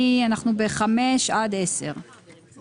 אנחנו ב-5 עד 10. אני